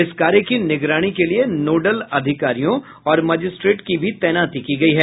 इस कार्य की निगरानी के लिए नोडल अधिकारियों और मजिस्ट्रेट की भी तैनाती की गयी है